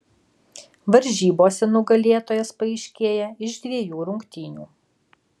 varžybose nugalėtojas paaiškėja iš dviejų rungtynių